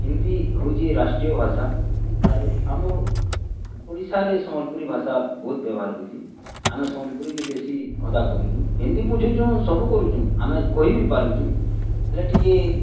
ହିନ୍ଦୀ ହେଉଛି ରାଷ୍ଟ୍ରୀୟ ଭାଷା ଆର୍ ଆମର୍ ଓଡ଼ିଶାରେ ସମ୍ବଲପୁରୀ ଭାଷା ବହୁତ୍ ବେବହାର୍ ହେଉଛି ଆମେ ସମ୍ବଲପୁରୀ କି ବେଶୀ ହତା କରୁଛୁଁ ହିନ୍ଦୀ ବୁଝୁଛୁଁ ସବୁ କରୁଛୁଁ ଆମେ କହି ବି ପାରୁଛୁଁ ହେଲେ ଟିକେ